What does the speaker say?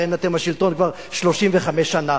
הרי אתם בשלטון כבר 35 שנה,